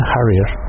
Harrier